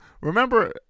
remember